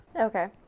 Okay